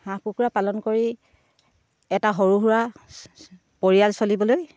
হাঁহ কুকুৰা পালন কৰি এটা সৰু সুৰা পৰিয়াল চলিবলৈ